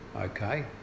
okay